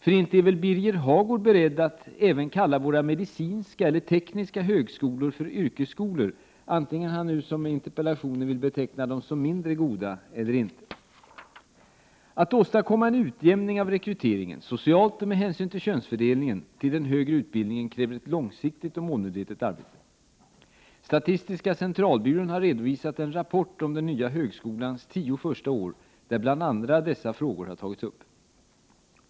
För inte är väl Birger Hagård beredd att även kalla våra medicinska eller tekniska högskolor för ”yrkesskolor ” vare sig han nu, som när det gäller interpellationen, vill beteckna dem som mindre goda eller inte? Att åstadkomma en utjämning av rekryteringen, socialt och med hänsyn till könsfördelningen, till den högre utbildningen kräver ett långsiktigt och målmedvetet arbete. Statistiska centralbyrån har redovisat en rapport om den nya högskolans tio första år, där bl.a. dessa frågor tas upp.